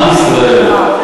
עם ישראל.